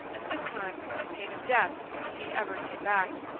and, this time, on pain of death if he ever came back.